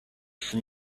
from